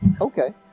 Okay